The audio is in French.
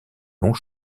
longs